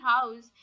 house